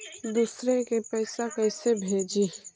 दुसरे के पैसा कैसे भेजी?